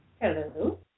Hello